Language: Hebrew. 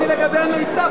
שאלתי לגבי המיצ"ב.